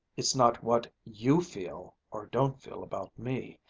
it's not what you feel or don't feel about me.